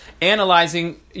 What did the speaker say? analyzing